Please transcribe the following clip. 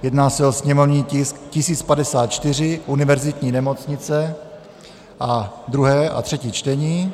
Jedná se o sněmovní tisk 1054, univerzitní nemocnice, druhé a třetí čtení.